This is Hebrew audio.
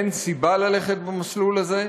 אין סיבה ללכת במסלול הזה,